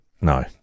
No